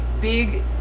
big